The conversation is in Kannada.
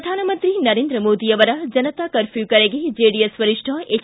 ಪ್ರಧಾನಮಂತ್ರಿ ನರೇಂದ್ರ ಮೋದಿ ಅವರ ಜನತಾ ಕರ್ಪ್ಯೂ ಕರೆಗೆ ಜೆಡಿಎಸ್ ವರಿಷ್ಣ ಎಚ್